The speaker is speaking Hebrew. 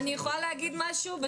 אני יכולה להגיד משהו?